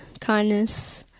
kindness